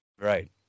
Right